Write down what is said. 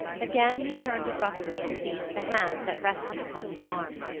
again he turned abruptly and seized the hand that rested upon his arm.